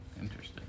Interesting